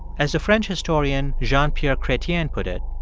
as the french historian jean-pierre chretien put it,